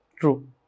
True